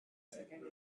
second